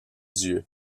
dieu